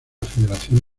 federación